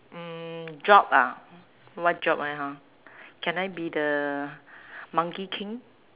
mm job ah what job I hor can I be the monkey king